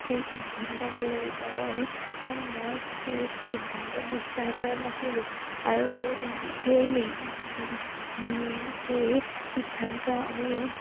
এই সিদ্ধান্ত ভুল আছিল কাৰণ মই সেই সিদ্ধান্ত বিশ্বাস কৰা নাছিলোঁ আৰু সেই সেই সিদ্ধান্ত আমি